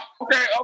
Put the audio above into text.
okay